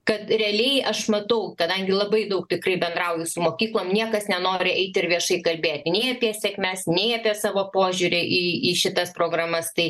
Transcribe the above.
kad realiai aš matau kadangi labai daug tikrai bendrauju su mokyklom niekas nenori eiti ir viešai kalbėti nei apie sėkmes nei apie savo požiūrį į į šitas programas tai